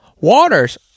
Waters